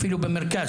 אפילו במרכז,